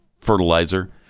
fertilizer